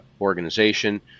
organization